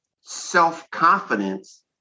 self-confidence